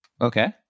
Okay